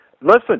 Listen